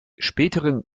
späteren